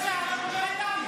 זה לא נכון.